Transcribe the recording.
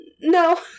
no